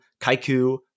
Kaiku